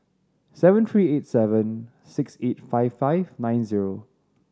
seven three eight seven six eight five five nine zero